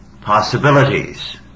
possibilities